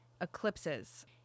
eclipses